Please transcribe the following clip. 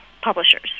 publishers